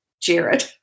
Jared